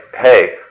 hey